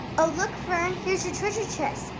oh look fern, here's your treasure chest.